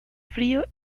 frío